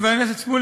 חבר הכנסת שמולי,